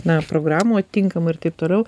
na programų tinkamų ir taip toliau